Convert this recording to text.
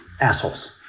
Assholes